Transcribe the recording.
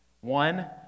one